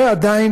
ועדיין,